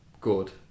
good